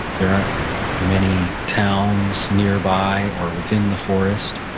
there aren't many towns nearby or within the forest,